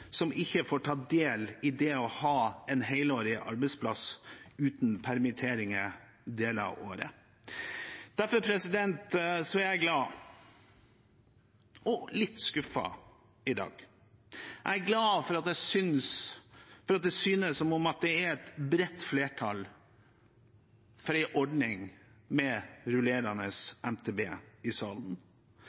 som ikke får tatt del i det å ha en helårig arbeidsplass uten permitteringer deler av året. Derfor er jeg glad og litt skuffet i dag. Jeg er glad for at det synes som at det er et bredt flertall for en ordning med rullerende MTB i salen.